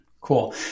Cool